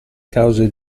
cause